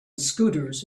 scooters